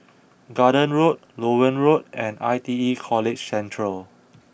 Garden Road Loewen Road and I T E College Central